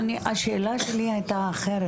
השאלה שלי הייתה אחרת.